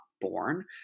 born